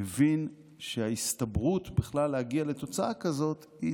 מבין שההסתברות להגיע בכלל לתוצאה כזאת היא